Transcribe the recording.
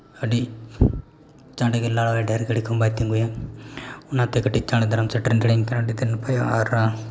ᱟᱹᱰᱤ ᱪᱟᱬᱜᱮ ᱞᱟᱲᱟᱣᱟ ᱰᱷᱮᱨ ᱜᱷᱟᱹᱲᱤᱠᱚ ᱵᱟᱭ ᱛᱤᱸᱜᱩᱭᱟ ᱚᱱᱟᱛᱮ ᱠᱟᱹᱴᱤᱡ ᱪᱟᱬ ᱫᱷᱟᱨᱟᱢ ᱥᱮᱴᱮᱨ ᱫᱟᱲᱮᱭᱟᱹᱧ ᱠᱷᱟᱱ ᱟᱹᱰᱤᱛᱮᱫ ᱱᱟᱯᱟᱭᱚᱜᱼᱟ ᱟᱨ